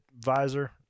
visor